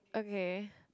okay